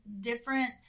different